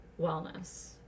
wellness